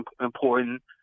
important